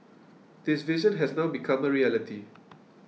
this vision has now become a reality